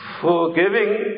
Forgiving